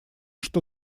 что